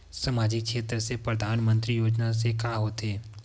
सामजिक क्षेत्र से परधानमंतरी योजना से का होथे?